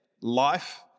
life